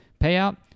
payout